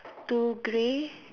two grey